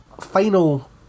final